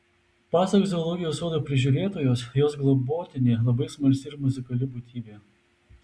pasak zoologijos sodo prižiūrėtojos jos globotinė labai smalsi ir muzikali būtybė